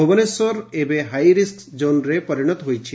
ଭୁବନେଶ୍ୱର ଏବେ ହାଇରିସ୍କ ଜୋନରେ ପରିଣତ ହୋଇଛି